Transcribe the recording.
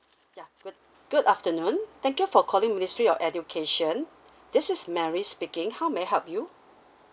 ya good good afternoon thank you for calling ministry of education this is mary speaking how may I help you